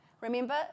remember